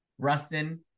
Rustin